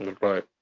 right